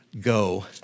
go